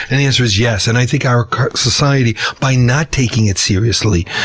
and the answer is yes. and i think our society, by not taking it seriously,